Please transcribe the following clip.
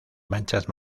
manchas